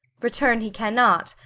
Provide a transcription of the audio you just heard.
return he cannot,